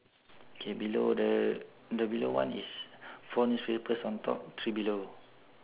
K below the the below one is four newspapers on top three below